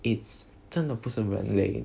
it's 真的不是人类